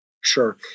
Sure